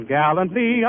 gallantly